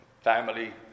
family